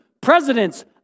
presidents